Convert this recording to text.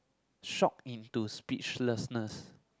shock into speechlessness